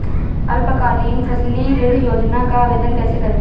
अल्पकालीन फसली ऋण योजना का आवेदन कैसे करें?